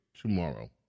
tomorrow